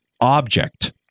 object